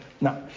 now